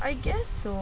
I guess so